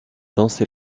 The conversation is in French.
dansé